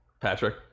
Patrick